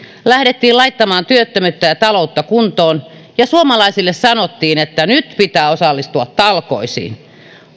lähdettiin laittamaan työttömyyttä ja taloutta kuntoon ja suomalaisille sanottiin että nyt pitää osallistua talkoisiin